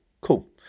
Cool